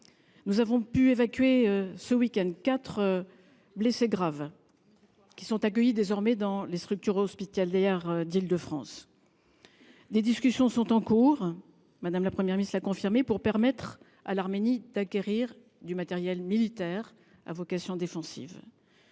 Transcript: Nous avons pu évacuer, le week-end dernier, quatre blessés graves, qui sont désormais accueillis dans les structures hospitalières d’Île-de-France. Des discussions sont en cours, Mme la Première ministre l’a confirmé, pour permettre à l’Arménie d’acquérir du matériel militaire à vocation défensive.